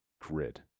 grid